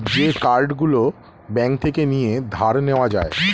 যে কার্ড গুলো ব্যাঙ্ক থেকে নিয়ে ধার নেওয়া যায়